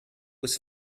was